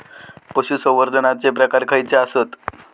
पशुसंवर्धनाचे प्रकार खयचे आसत?